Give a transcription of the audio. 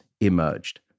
emerged